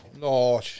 No